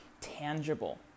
tangible